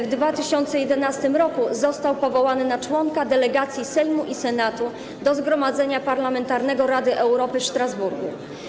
W 2011 r. został powołany na członka delegacji Sejmu i Senatu do Zgromadzenia Parlamentarnego Rady Europy w Strasburgu.